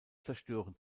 zerstören